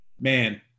Man